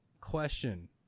question